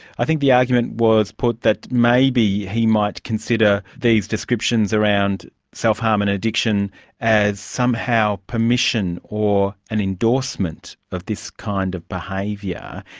i think the argument was put that maybe he might consider these descriptions around self-harm and addiction as somehow permission or an endorsement of this kind of behaviour,